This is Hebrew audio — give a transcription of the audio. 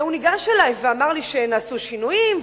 והוא ניגש אלי ואמר לי שנעשו שינויים,